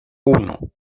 uno